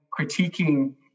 critiquing